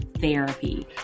therapy